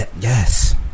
Yes